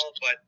but-